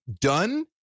done